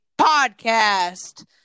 Podcast